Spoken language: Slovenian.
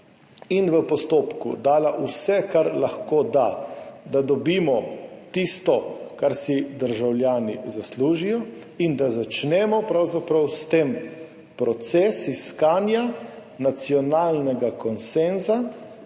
in v postopku dala vse, kar lahko da, da dobimo tisto, kar si državljani zaslužijo, in da začnemo pravzaprav s tem proces iskanja nacionalnega konsenza,